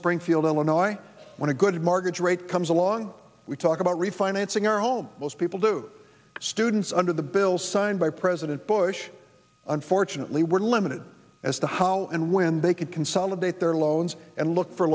springfield illinois when a good market rate comes along we talk about refinancing our home most people do students under the bill signed by president bush unfortunately were limited as to how and when they could consolidate their loans and look for